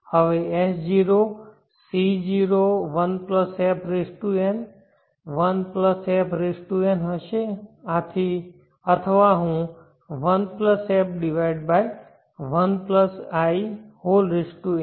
હવે S0 C01fn 1fn હશે અથવા હું 1f1in